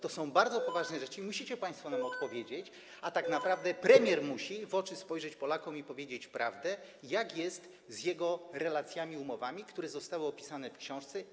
To są bardzo poważne rzeczy i musicie państwo na nie odpowiedzieć, a tak naprawdę premier musi spojrzeć w oczy Polakom i powiedzieć prawdę, jak to jest z jego relacjami, umowami, które zostały opisane w książce.